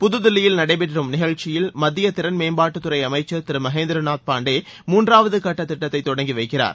புதுதில்லியில் நடைபெறும் நிகழ்ச்சியில் மத்திய திறன் மேம்பாட்டுத்துறை அமைச்சர் திரு மகேந்திரநாத் பாண்டே மூன்றாவது கட்ட திட்டத்தை தொடங்கி வைக்கிறார்